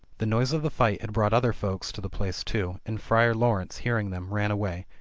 the noise of the fight had brought other folks to the place too. and friar laurence hearing them ran away,